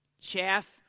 Chaff